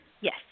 yes